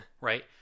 right